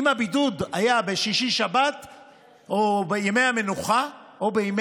ואם הבידוד היה בשישי-שבת או בימי המנוחה,